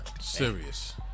Serious